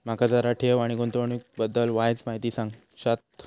माका जरा ठेव आणि गुंतवणूकी बद्दल वायचं माहिती सांगशात?